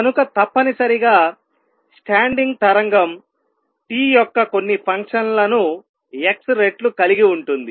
కనుక తప్పనిసరిగా స్టాండింగ్ తరంగం t యొక్క కొన్ని ఫంక్షన్లను x రెట్లు కలిగి ఉంటుంది